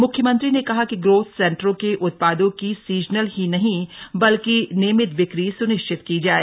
मुख्यमंत्री ने कहा कि ग्रोथ सेंटरों के उत्पादों की सीजनल ही नहीं बल्कि नियमित बिक्री सुनिश्चित की जाए